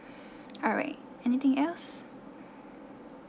alright anything else